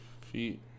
feet